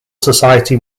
society